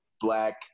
Black